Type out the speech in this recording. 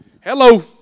Hello